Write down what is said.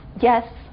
yes